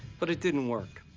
but it didn't work.